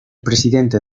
presidente